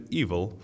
evil